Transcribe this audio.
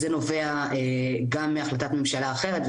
זה נובע גם מהחלטת ממשלה אחרת,